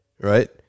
right